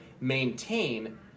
maintain